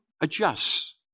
adjusts